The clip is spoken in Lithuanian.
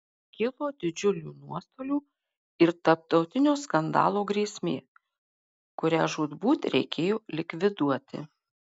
kilo didžiulių nuostolių ir tarptautinio skandalo grėsmė kurią žūtbūt reikėjo likviduoti